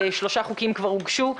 שלושה חוקים כבר הוגשו.